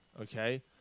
okay